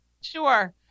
Sure